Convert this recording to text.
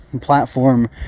platform